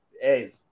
hey